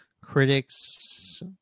Critics